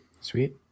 Sweet